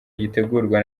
gitegurwa